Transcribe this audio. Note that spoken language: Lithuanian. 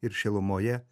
ir šilumoje